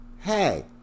hey